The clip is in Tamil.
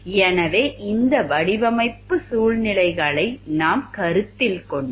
எனவே இந்த வடிவமைப்பு சூழ்நிலைகளை நாம் கருத்தில் கொண்டால்